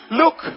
look